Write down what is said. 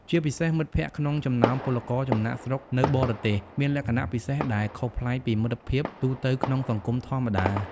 ជាពិសេសមិត្តភាពក្នុងចំណោមពលករចំណាកស្រុកនៅបរទេសមានលក្ខណៈពិសេស ដែលខុសប្លែកពីមិត្តភាពទូទៅក្នុងសង្គមធម្មតា ។